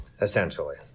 essentially